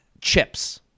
Chips